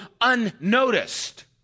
unnoticed